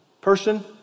person